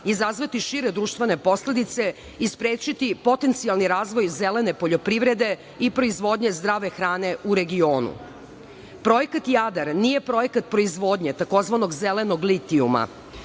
izazvati šire društvene posledice i sprečiti potencijalni razvoj zelene poljoprivrede i proizvodnje zdrave hrane u regionu. Projekat „Jadar“ nije projekat proizvodnje tzv. zelenog litijuma.